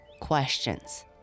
questions